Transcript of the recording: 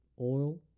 oil